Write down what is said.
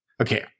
Okay